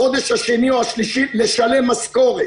אני לא מסוגל בחודש השני או השלישי לשלם משכורות.